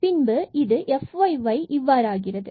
பின்பு இது fyy இவ்வாறு ஆகிறது